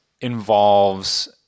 involves